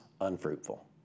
unfruitful